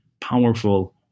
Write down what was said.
powerful